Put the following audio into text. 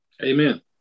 Amen